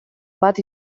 bat